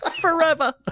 forever